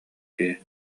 киһи